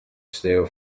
steal